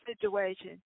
situation